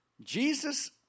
Jesus